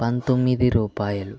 పంతొమ్మిది రూపాయలు